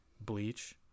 Bleach